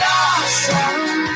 awesome